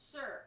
Sir